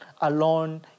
alone